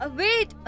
wait